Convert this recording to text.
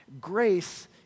Grace